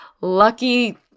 lucky